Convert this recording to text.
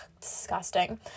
disgusting